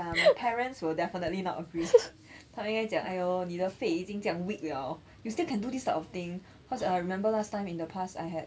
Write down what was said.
ya my parents will definitely not approve 他们应该讲 !aiyo! 你的肺已经这样 weak 了 you still can do this type of thing cause I remember last time in the past I had